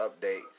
update